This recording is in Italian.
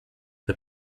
the